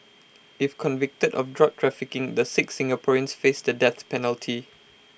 if convicted of drug trafficking the six Singaporeans face the death penalty